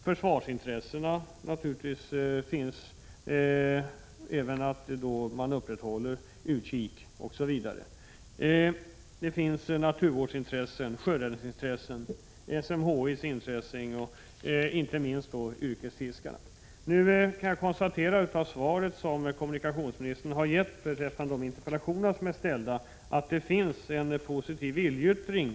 Försvarsintressena finns med i bilden; man måste upprätthålla utkik osv. Vi har att ta hänsyn till naturvårdsintressen, sjöräddningsintressen, SMHI:s intressen och inte minst yrkesfiskarnas intressen. Jag konstaterar att svaret på de interpellationer som framställts kan ses som en positiv viljeyttring.